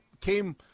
came